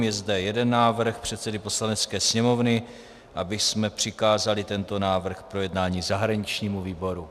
Je zde jeden návrh předsedy Poslanecké sněmovny, abychom přikázali tento návrh k projednání zahraničnímu výboru.